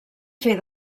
fer